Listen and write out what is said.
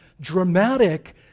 dramatic